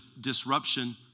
disruption